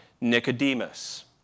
Nicodemus